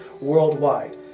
worldwide